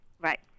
Right